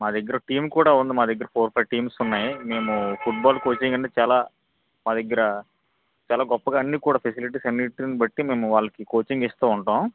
మా దగ్గర టీమ్ కూడా ఉంది మా దగ్గర ఫోర్ ఫైవ్ టీమ్స్ ఉన్నాయి మేము ఫుట్ బాల్ కోచింగ్ అనేది చాలా మా దగ్గర చాలా గొప్పగా అన్ని కూడా ఫెసిలిటీస్ అన్నిటిని బట్టి మేము వాళ్ళకు కోచింగ్ ఇస్తూ ఉంటాం